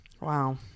Wow